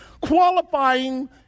qualifying